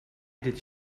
did